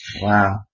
Wow